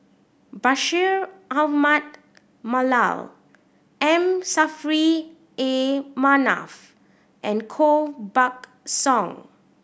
Bashir Ahmad Mallal M Saffri A Manaf and Koh Buck Song